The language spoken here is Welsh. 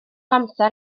amser